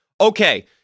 Okay